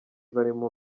barimo